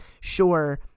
sure